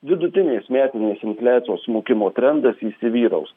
vidutinės metinės infliacijos smukimo trendas įsivyraus